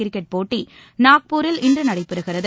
cricket போட்டி நாக்பூரில் இன்று நடைபெறுகிறது